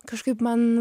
kažkaip man